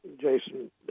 Jason